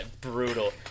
brutal